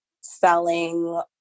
selling